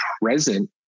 present